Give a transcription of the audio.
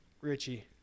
Richie